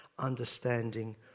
understanding